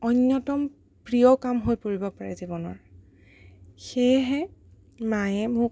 অন্য়তম প্ৰিয় কাম হৈ পৰিব পাৰে জীৱনৰ সেয়েহে মায়ে মোক